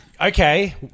Okay